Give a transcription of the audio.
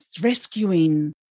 rescuing